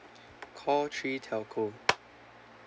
call three telco